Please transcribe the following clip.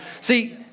See